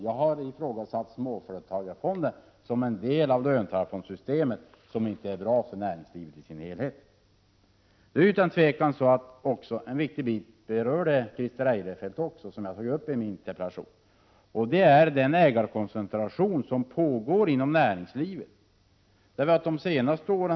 Jag har däremot ifrågasatt småföretagsfonden som en del av löntagarfondssystemet, som inte är bra för näringslivet i dess helhet. Christer Eirefelt tog upp en viktig fråga, som också jag tagit upp i min = Prot. 1987/88:34 interpellation, nämligen den ägarkoncentration som pågår inom näringsli 30 november 1987 vet.